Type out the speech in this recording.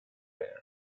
there